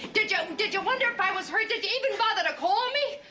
did yeah did you wonder if i was hurt? did you even bother to call me?